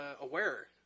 aware